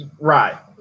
right